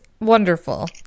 Wonderful